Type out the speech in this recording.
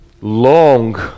long